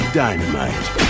dynamite